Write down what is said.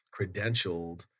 credentialed